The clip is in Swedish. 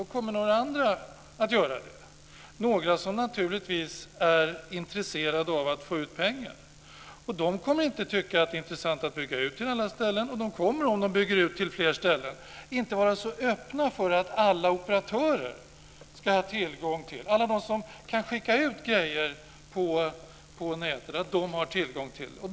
Det kommer vara några som naturligtvis är intresserade av att få ut pengar. De kommer inte att tycka att det är intressant att bygga ut till alla ställen, och om de bygger ut till fler ställen kommer de inte att vara så öppna för att alla operatörer ska ha tillgång till nätet, dvs. alla dem som kan skicka ut någonting på nätet.